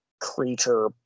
creature